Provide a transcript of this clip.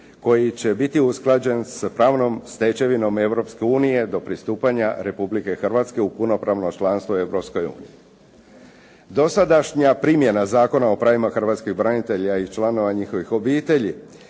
koji će biti usklađen s pravnom stečevinom Europske unije do pristupanja Republike Hrvatske u punopravno članstvo u Europskoj uniji. Dosadašnja primjena Zakona o pravima hrvatskih branitelja i članova njihovih obitelji